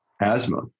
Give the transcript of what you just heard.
asthma